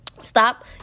stop